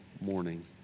morning